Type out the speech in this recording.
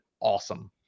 awesome